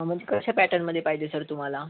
हं म्हणजे कशा पॅटर्नमध्ये पाहिजे सर तुम्हाला